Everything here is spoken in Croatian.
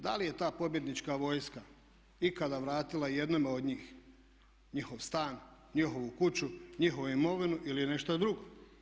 Da li je ta pobjednička vojska ikada vratila jednome od njih njihov stan, njihovu kuću, njihovu imovinu ili nešto drugo?